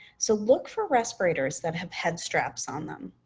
so, look for respirators that have head straps on them.